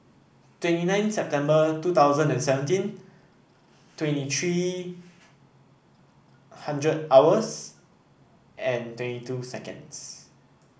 twenty nine September two thousand and seventeen twenty three hundred hours and two seconds